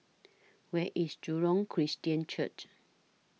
Where IS Jurong Christian Church